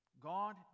God